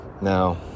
now